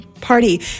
party